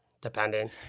depending